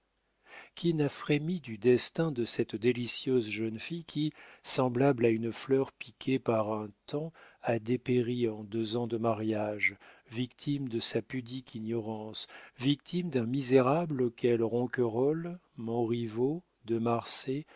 qui n'a frémi du destin de cette délicieuse jeune fille qui semblable à une fleur piquée par un taon a dépéri en deux ans de mariage victime de sa pudique ignorance victime d'un misérable auquel ronquerolles montriveau de marsay